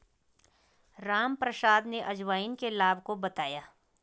रामप्रसाद ने अजवाइन के लाभ को बताया